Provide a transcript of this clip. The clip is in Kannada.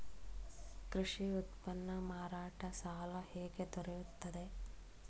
ಕೃಷಿ ಉತ್ಪನ್ನ ಮಾರಾಟ ಸಾಲ ಹೇಗೆ ದೊರೆಯುತ್ತದೆ?